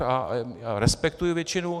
Já respektuji většinu.